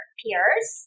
peers